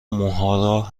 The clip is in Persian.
موها